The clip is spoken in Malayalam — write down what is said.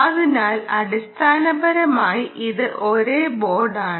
അതിനാൽ അടിസ്ഥാനപരമായി ഇത് ഒരേ ബോർഡാണ്